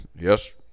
yes